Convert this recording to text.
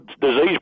disease